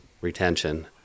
retention